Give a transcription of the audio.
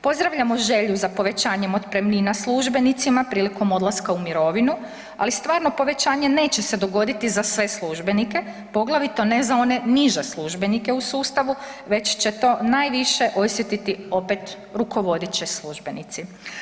Pozdravljamo želju za povećanjem otpremnina službenicima prilikom odlaska u mirovinu, ali stvarno povećanje neće se dogoditi za sve službenike, poglavito ne za one niže službenike u sustavu, već će to najviše osjetiti opet rukovodeći službenici.